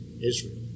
Israel